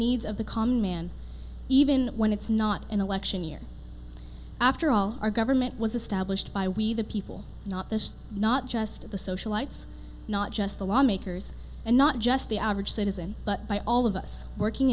needs of the common man even when it's not an election year after all our government was established by we the people not this not just of the socialites not just the lawmakers and not just the average citizen but by all of us working